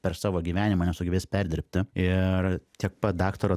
per savo gyvenimą nesugebės perdirbti ir tiek pat daktaro